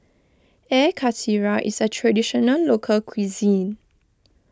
Air Karthira is a Traditional Local Cuisine